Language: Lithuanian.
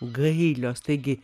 gailios taigi